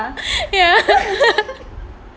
ya